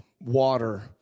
water